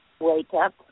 wake-up